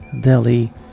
Delhi